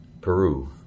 Peru